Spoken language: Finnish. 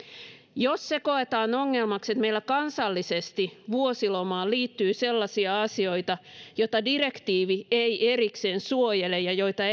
jos se koetaan ongelmaksi että meillä kansallisesti vuosilomaan liittyy sellaisia asioita joita direktiivi ei ei erikseen suojele ja joita